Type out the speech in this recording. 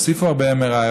הוסיפו הרבה MRI,